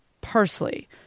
parsley